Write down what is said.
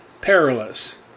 Perilous